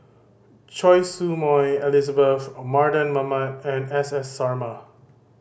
Choy Su Moi Elizabeth Mardan Mamat and S S Sarma